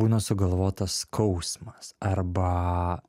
būna sugalvotas skausmas arba